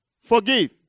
forgive